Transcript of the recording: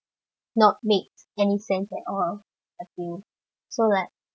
not make any sense at all I feel so like